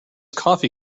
coffee